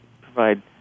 provide